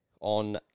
on